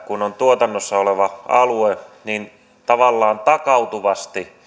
kun on tuotannossa oleva alue niin tavallaan takautuvasti